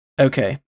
Okay